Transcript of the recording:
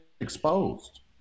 exposed